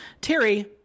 terry